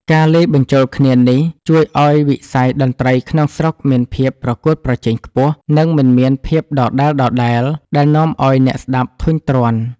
ការលាយបញ្ចូលគ្នានេះជួយឱ្យវិស័យតន្ត្រីក្នុងស្រុកមានភាពប្រកួតប្រជែងខ្ពស់ និងមិនមានភាពដដែលៗ ដែលនាំឱ្យអ្នកស្ដាប់ធុញទ្រាន់។